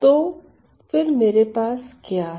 तो फिर मेरे पास क्या है